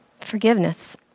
Forgiveness